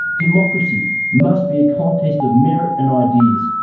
democracy must be a contest of merit and ideas,